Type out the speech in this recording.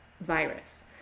virus